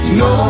no